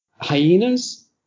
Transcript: Hyenas